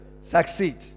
succeed